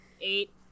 eight